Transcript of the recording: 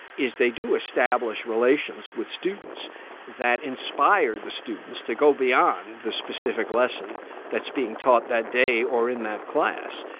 is they do establish relations with students that inspire the students to go beyond the specific lesson that's being taught that day or in that class.